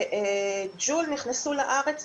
כשג'ול נכנסו לארץ,